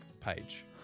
page